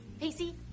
pacey